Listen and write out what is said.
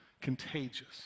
contagious